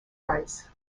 rice